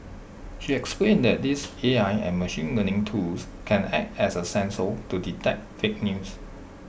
she explained that these A I and machine learning tools can act as A sensor to detect fake news